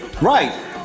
Right